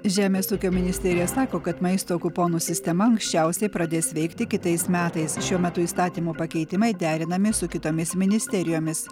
žemės ūkio ministerija sako kad maisto kuponų sistema anksčiausiai pradės veikti kitais metais šiuo metu įstatymo pakeitimai derinami su kitomis ministerijomis